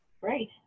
Great